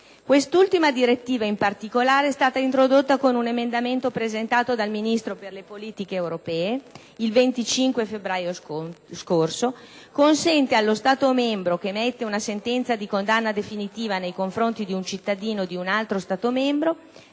Quest'ultima direttiva, in particolare, è stata introdotta con un emendamento presentato dal Ministro per le politiche europee il 25 febbraio scorso e consente allo Stato membro che emette una sentenza di condanna definitiva nei confronti di un cittadino di un altro Stato membro